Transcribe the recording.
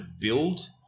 build